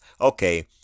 okay